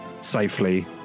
safely